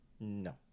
No